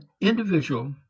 individual